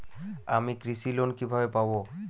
আমি কৃষি লোন কিভাবে পাবো?